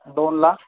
दोनला